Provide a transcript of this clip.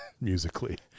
musically